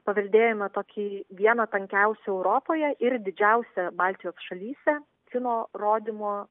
paveldėjome tokį vieną tankiausių europoje ir didžiausią baltijos šalyse kino rodymo